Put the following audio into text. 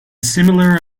similar